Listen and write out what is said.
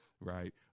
right